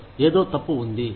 దానిలో ఏదో తప్పు ఉంది